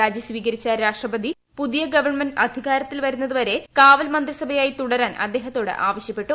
രാജി സ്വീകരിച്ച രാഷ്ട്രപതി പുതിയ ഗവൺമെന്റ് അധികാരത്തിൽ വരുന്നതുവരെ കാവൽ മന്ത്രിസഭയായി തുടരാൻ അദ്ദേഹത്തോട് ആവശ്യപ്പെട്ടു